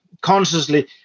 consciously